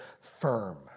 firm